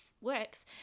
works